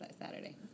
Saturday